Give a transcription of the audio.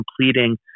completing